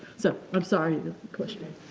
so i'm sorry, the question.